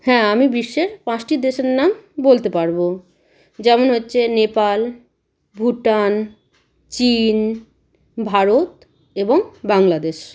হ্যাঁ আমি বিশ্বের পাঁচটি দেশের নাম বলতে পারব যেমন হচ্ছে নেপাল ভুটান চিন ভারত এবং বাংলাদেশ